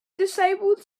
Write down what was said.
disabled